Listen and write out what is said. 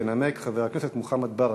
ינמק חבר הכנסת מוחמד ברכה.